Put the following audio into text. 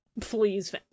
Please